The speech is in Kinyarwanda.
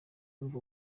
kumva